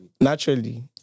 Naturally